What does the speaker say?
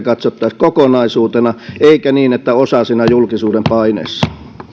katsottaisiin kokonaisuutena eikä niin että osa julkisuuden paineessa